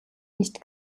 nicht